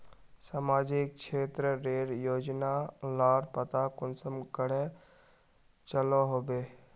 सामाजिक क्षेत्र रेर योजना लार पता कुंसम करे चलो होबे?